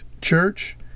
church